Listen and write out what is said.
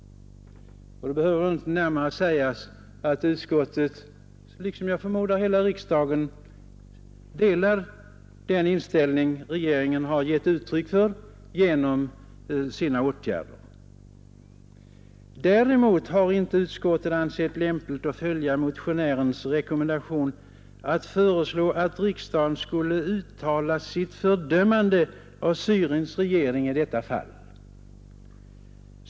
Det behöver inte närmare sägas att utskottet — liksom, förmodar jag, hela riksdagen — delar den inställning regeringen har givit uttryck för genom sina åtgärder. Däremot har utskottet inte ansett det lämpligt att följa motionärens rekommendation att riksdagen skulle uttala sitt fördömande av Syriens regering i detta fall.